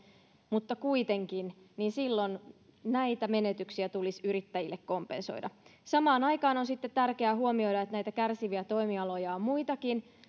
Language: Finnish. mutta kuitenkin niin silloin näitä menetyksiä tulisi yrittäjille kompensoida samaan aikaan on sitten tärkeää huomioida että näitä kärsiviä toimialoja on muitakin